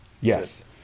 Yes